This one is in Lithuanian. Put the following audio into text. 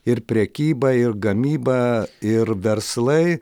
ir prekyba ir gamyba ir verslai